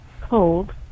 cold